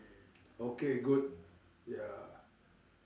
okay good ya